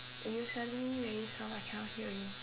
you suddenly very soft I cannot hear you